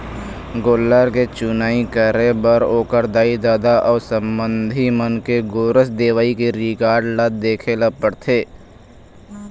गोल्लर के चुनई करे बर ओखर दाई, ददा अउ संबंधी मन के गोरस देवई के रिकार्ड ल देखे ल परथे